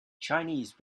chinese